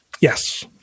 Yes